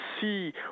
see